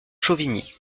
chauvigny